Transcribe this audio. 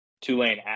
Tulane